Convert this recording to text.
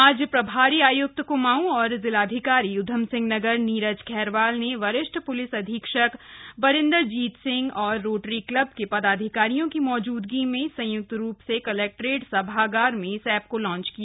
आज प्रभारी आयुक्त कुमाऊं और जिलाधिकारी ऊधमसिंह नगर नीरज खैरवाल ने वरिष्ठ पुलिस अधीक्षक बरिन्दरजीत सिंह और रोटरी क्लब के पदाधिकारियों की मौजूदगी में संयुक्त रूप से कलेक्ट्रेट सभागार मे इस एप को लांच किया